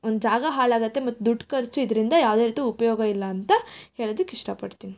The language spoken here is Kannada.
ಒಂದು ಜಾಗ ಹಾಳಾಗುತ್ತೆ ಮತ್ತು ದುಡ್ಡು ಖರ್ಚು ಇದರಿಂದ ಯಾವುದೇ ರೀತಿ ಉಪಯೋಗ ಇಲ್ಲ ಅಂತ ಹೇಳೋದಕ್ಕೆ ಇಷ್ಟಪಡ್ತೀನಿ